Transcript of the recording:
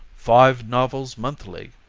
five-novels monthly,